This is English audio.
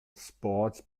sports